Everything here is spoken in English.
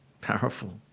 Powerful